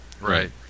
Right